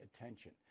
attention